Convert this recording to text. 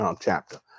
chapter